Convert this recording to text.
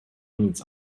minutes